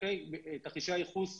תרחישי הייחוס,